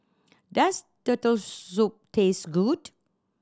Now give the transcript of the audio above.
does Turtle Soup taste good